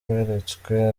beretswe